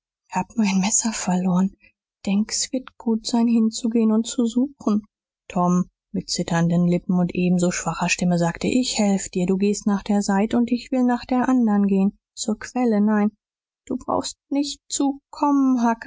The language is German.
hab mein messer verloren denke s wird gut sein hinzugehen und zu suchen tom mit zitternden lippen und ebenso schwacher stimme sagte ich helf dir du gehst nach der seite und ich will nach der andern gehen zur quelle nein du brauchst nicht zu kommen